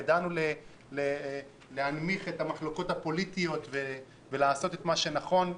כמו שידענו להנמיך את המחלוקות הפוליטיות ולעשות את מה שנכון,